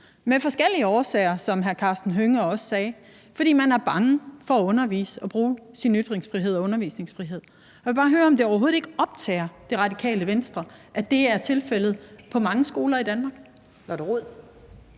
af forskellige årsager, som hr. Karsten Hønge også sagde – fordi man er bange for at undervise og bruge sin ytringsfrihed og undervisningsfrihed. Jeg vil bare høre, om det overhovedet ikke optager Radikale Venstre, at det er tilfældet på mange skoler i Danmark. Kl. 11:29